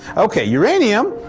ok, uranium,